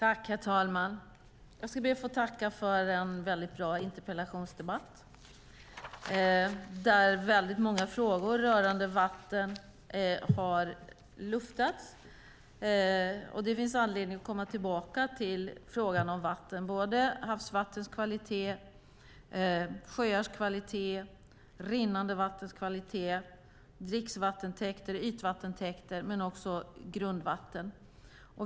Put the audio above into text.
Herr talman! Jag ska be att få tacka för en mycket bra interpellationsdebatt där många frågor rörande vatten har luftats. Det finns anledning att komma tillbaka till frågan om vatten när det gäller havsvattnets kvalitet, sjövattens kvalitet, rinnande vattens kvalitet, dricksvattentäkter, ytvattentäkter och grundvatten.